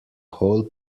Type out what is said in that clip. whole